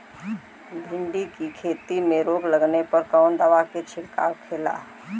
भिंडी की खेती में रोग लगने पर कौन दवा के छिड़काव खेला?